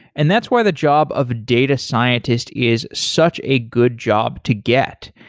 and that's why the job of data scientist is such a good job to get.